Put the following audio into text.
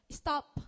stop